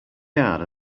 card